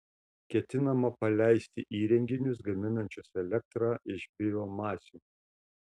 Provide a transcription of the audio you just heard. ketinama paleisti įrenginius gaminančius elektrą iš biomasių